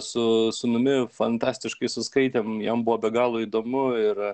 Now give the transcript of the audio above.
su sūnumi fantastiškai suskaitėm jam buvo be galo įdomu ir